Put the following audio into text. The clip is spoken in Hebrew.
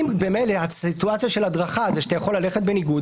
אם ממילא הסיטואציה של הדרכה זה שאתה יכול ללכת בניגוד